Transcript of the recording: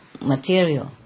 Material